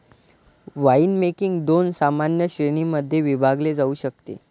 winemaking दोन सामान्य श्रेणीं मध्ये विभागले जाऊ शकते